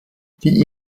die